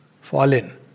fallen